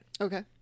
Okay